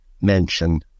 mention